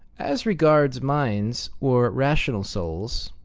as regards minds or rational souls,